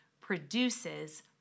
produces